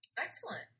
Excellent